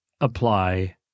apply